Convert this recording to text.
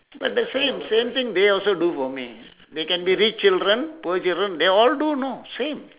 but the same same thing they also do for me they can be rich children poor children they all do know same